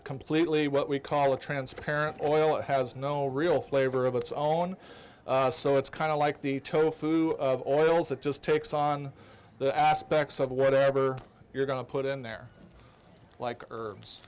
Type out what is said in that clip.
a completely what we call a transparent oil it has no real flavor of its own so it's kind of like the tofu oils it just takes on the aspects of whatever you're going to put in there like herbs